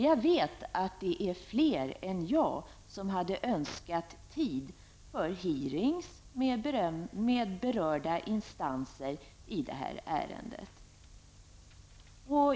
Jag vet att det är fler än jag som hade önskat tid för hearings med berörda instanser i det här ärendet.